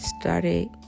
started